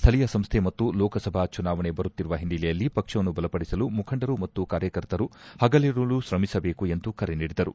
ಸ್ಥಳೀಯ ಸಂಸ್ಥೆ ಮತ್ತು ಲೋಕಸಭಾ ಚುನಾವಣೆ ಬರುತ್ತಿರುವ ಹಿನ್ನೆಲೆಯಲ್ಲಿ ಪಕ್ಷವನ್ನು ಬಲಪಡಿಸಲು ಮುಖಂಡರು ಮತ್ತು ಕಾರ್ಯಕರ್ತರು ಪಗಲಿರುಳೂ ಶ್ರಮಿಸಬೇಕು ಎಂದು ಕರೆ ನೀಡಿದರು